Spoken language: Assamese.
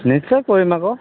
নিশ্চয় কৰিম আকৌ